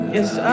Yes